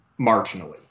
marginally